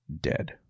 Dead